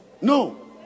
No